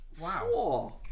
Wow